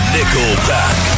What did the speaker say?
Nickelback